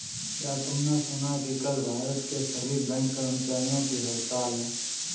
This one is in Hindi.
क्या तुमने सुना कि कल भारत के सभी बैंक कर्मचारियों की हड़ताल है?